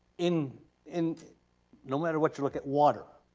in in no matter what you look at, water.